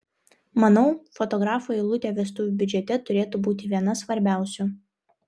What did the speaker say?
manau fotografo eilutė vestuvių biudžete turėtų būti viena svarbiausių